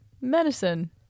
Medicine